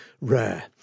rare